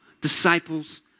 disciples